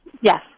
yes